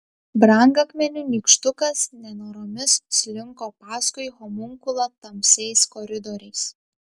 brangakmenių nykštukas nenoromis slinko paskui homunkulą tamsiais koridoriais